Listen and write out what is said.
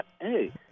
Hey